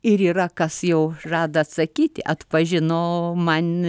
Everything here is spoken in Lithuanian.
ir yra kas jau žada atsakyt atpažino man